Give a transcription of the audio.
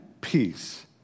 peace